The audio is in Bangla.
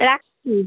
রাখছি